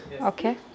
Okay